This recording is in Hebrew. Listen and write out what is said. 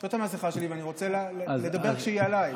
זאת המסכה שלי ואני רוצה לדבר כשהיא עליי.